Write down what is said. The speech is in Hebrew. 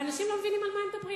אנשים לא מבינים על מה הם מדברים,